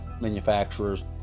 manufacturers